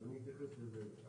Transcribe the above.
אתייחס לזה.